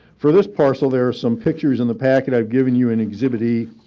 for this parcel there are some pictures in the packet i've given you in exhibit e